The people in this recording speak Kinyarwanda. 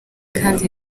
kandi